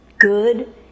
Good